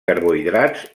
carbohidrats